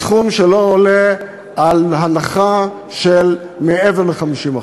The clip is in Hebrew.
בסכום שלא עולה על הנחה של מעבר ל-50%.